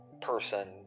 person